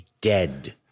dead